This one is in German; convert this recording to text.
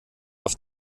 auf